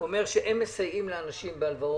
הוא אומר לי שהם מסייעים לאנשים בהלוואות,